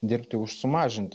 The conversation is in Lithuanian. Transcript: dirbti už sumažint